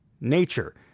nature